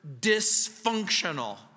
dysfunctional